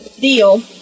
deal